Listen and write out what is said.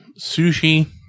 sushi